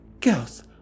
Girls